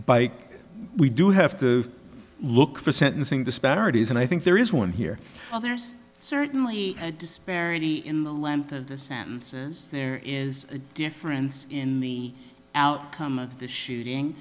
bike we do have to look for sentencing disparities and i think there is one here well there's certainly a disparity in the length of the sentences there is a difference in the outcome of the shooting